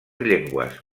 llengües